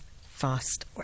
fast